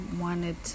wanted